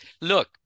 Look